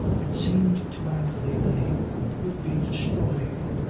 it seemed to anthony that he would be destroying,